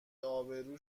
ابرو